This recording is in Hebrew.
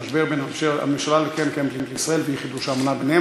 המשבר ביחסים בין הממשלה לקרן קיימת לישראל ואי-חידוש האמנה ביניהן.